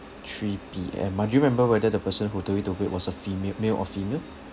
three P_M ah do you remember whether the person who told we to wait was a female male or female